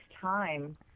time